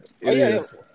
Yes